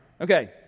Okay